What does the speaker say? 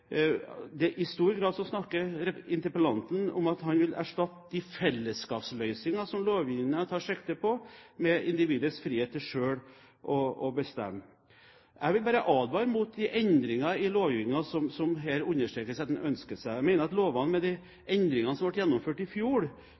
som lovgivningen tar sikte på, med individets frihet til selv å bestemme. Jeg vil bare advare mot de endringene i lovgivningen som man her understreker at man ønsker seg. Jeg mener at lovene, med de endringene som ble gjennomført i fjor,